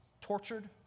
tortured